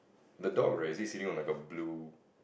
the dog right is he sitting on like a blue